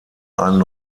einen